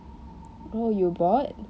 oh you bought